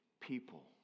people